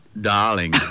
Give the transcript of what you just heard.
Darling